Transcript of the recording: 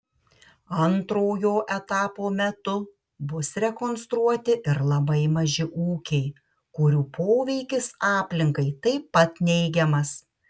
antrojo etapo metu bus rekonstruoti ir labai maži ūkiai kurių poveikis aplinkai taip pat neigiamas